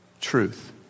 truth